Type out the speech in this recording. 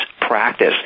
practice